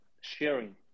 sharing